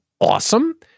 awesome